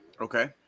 Okay